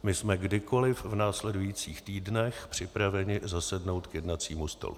My jsme kdykoliv v následujících týdnech připraveni zasednout k jednacímu stolu.